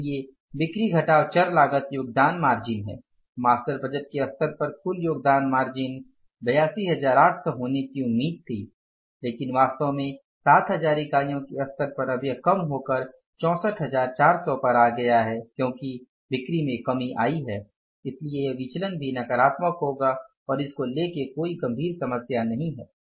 इसलिए बिक्री घटाव चर लागत योगदान मार्जिन है मास्टर बजट के स्तर पर कुल योगदान मार्जिन 82800 होने की उम्मीद थी लेकिन वास्तव में 7000 इकाइयों के स्तर पर अब यह कम होकर 64400 पर आ गया है क्योंकि बिक्री में कमी आई है इसलिए यह विचलन भी नकारात्मक होगा और इसको लेके कोई गंभीर समस्या नहीं है